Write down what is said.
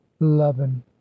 eleven